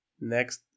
Next